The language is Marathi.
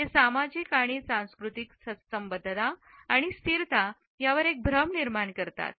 ते सामाजिक आणि सांस्कृतिक संबद्धता आणि स्थिरता यावर एक भ्रम निर्माण करतात